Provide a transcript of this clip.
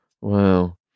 Wow